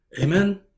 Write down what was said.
amen